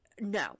no